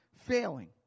failing